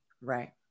Right